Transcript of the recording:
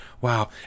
Wow